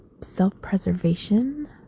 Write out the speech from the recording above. self-preservation